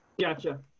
Gotcha